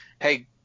hey